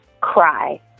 cry